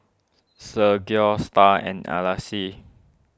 Sergio Star and Alcide